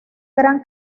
gran